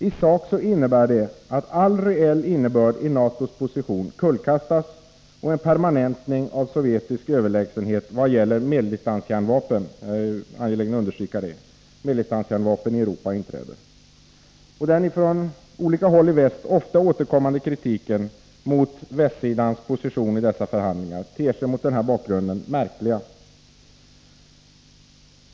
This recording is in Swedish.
I sak innebär det att all reell innebörd i NATO:s position kullkastas, och en permanentning av sovjetisk överlägsenhet — vad gäller medeldistanskärnvapen, jag är angelägen understryka det — i Europa inträder. Den i väst ofta återkommande kritiken mot nedrustningsförhandlingarna ter sig också mot denna bakgrund märklig.